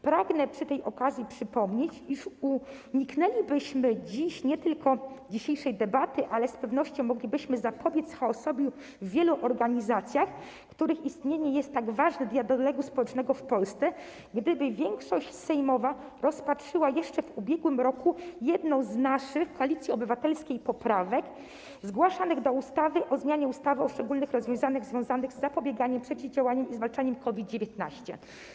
Pragnę przy tej okazji przypomnieć, iż uniknęlibyśmy nie tylko dzisiejszej debaty, ale z pewnością moglibyśmy zapobiec chaosowi w wielu organizacjach, których istnienie jest tak ważne dla dialogu społecznego w Polsce, gdyby większość sejmowa rozpatrzyła jeszcze w ubiegłym roku jedną z naszych, Koalicji Obywatelskiej, poprawek zgłaszanych do ustawy o zmianie ustawy o szczególnych rozwiązaniach związanych z zapobieganiem, przeciwdziałaniem i zwalczaniem COVID-19.